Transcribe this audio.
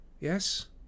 Yes